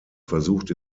versucht